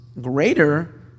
greater